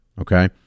Okay